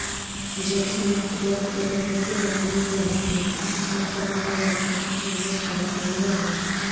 जोखिम मुक्त ब्याज दर एक निश्चित अवधि में निर्धारित भुगतान के साथ करे जाए वाला काल्पनिक निवेश पर लागू होवऽ हई